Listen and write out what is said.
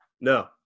No